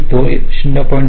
2 अधिक 2 किंवा 3